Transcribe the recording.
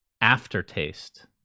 aftertaste